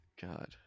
God